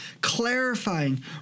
clarifying